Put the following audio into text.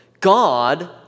God